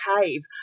cave